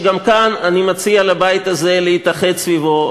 שאני מציע לבית הזה להתאחד גם סביבו.